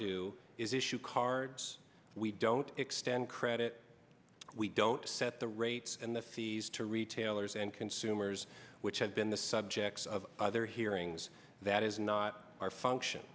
do is issue cards we don't extend credit we don't set the rates and the fees to retailers and consumers which have been the subjects of their hearings that is not our function